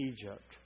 Egypt